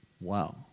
Wow